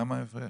למה ההפרש?